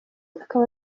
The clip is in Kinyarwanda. akaba